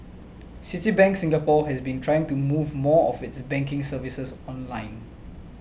Citibank Singapore has been trying to move more of its banking services online